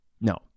No